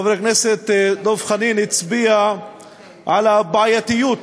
חבר הכנסת דב חנין, הצביע על הבעייתיות